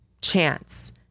chance